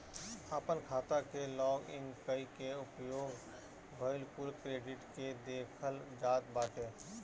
आपन खाता के लॉग इन कई के उपयोग भईल कुल क्रेडिट के देखल जात बाटे